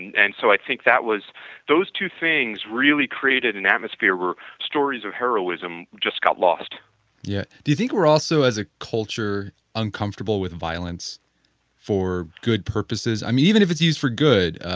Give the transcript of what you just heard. and so i think that was those two things really created an atmosphere were stories of heroism just got lost yeah. do you think we're also as a culture uncomfortable with violence for good purposes? i mean even it's used for good,